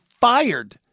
fired